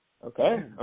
Okay